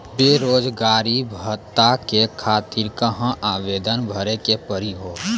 बेरोजगारी भत्ता के खातिर कहां आवेदन भरे के पड़ी हो?